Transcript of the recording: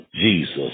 Jesus